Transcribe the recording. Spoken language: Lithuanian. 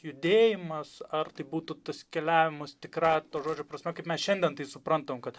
judėjimas ar tai būtų tas keliavimas tikrąja to žodžio prasme kaip mes šiandien tai suprantam kad